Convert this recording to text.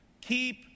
keep